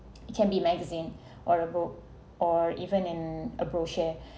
it can be magazine or a book or even an a brochure